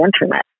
internet